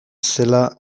zela